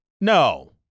No